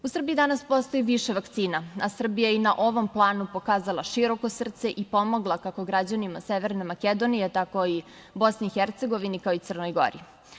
U Srbiji danas postoji više vakcina, a Srbija je i na ovom planu pokazala široko srce i pomogla kako građanima Severne Makedonije, tako i Bosni i Hercegovini, kao i Crnoj Gori.